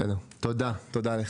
בסדר, תודה לך.